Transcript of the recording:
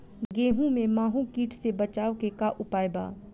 गेहूँ में माहुं किट से बचाव के का उपाय बा?